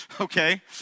okay